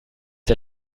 der